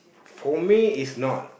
for me is not